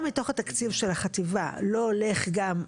לשבת פה לצידי ולשאול למה מתוך התקציב של החטיבה לא הולך גם,